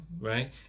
Right